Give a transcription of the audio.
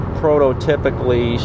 prototypically